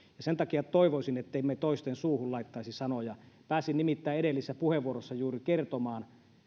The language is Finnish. ja sen takia toivoisin että emme toisemme suuhun laittaisi sanoja kun nimittäin pääsin edellisessä puheenvuorossa juuri kertomaan